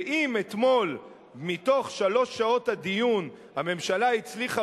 שאם אתמול מתוך שלוש שעות הדיון הממשלה הצליחה